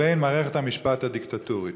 לבין מערכת המשפט הדיקטטורית.